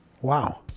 Wow